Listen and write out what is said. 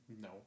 No